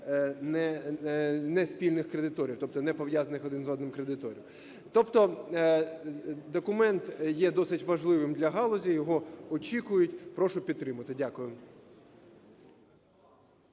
не спільних кредиторів, тобто не пов'язаних один з одним кредиторів. Тобто документ є досить важливим для галузі, його очікують. Прошу підтримати. Дякую.